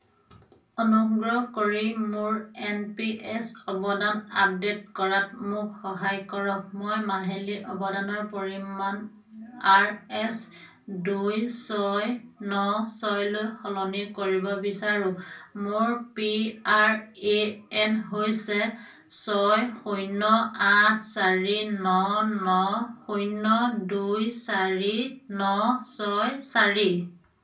অনুগ্ৰহ কৰি মোৰ এন পি এছ অৱদান আপডেট কৰাত মোক সহায় কৰক মই মাহিলী অৱদানৰ পৰিমাণ আৰ এছ দুই ছয় ন ছয়লৈ সলনি কৰিব বিচাৰোঁ মোৰ পি আৰ এ এন হৈছে ছয় শূন্য আঠ চাৰি ন ন শূন্য দুই চাৰি ন ছয় চাৰি